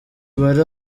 bari